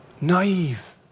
naive